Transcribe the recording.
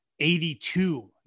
82